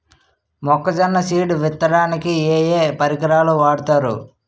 మొక్కజొన్న సీడ్ విత్తడానికి ఏ ఏ పరికరాలు వాడతారు?